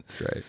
Right